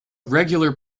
regular